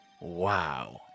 Wow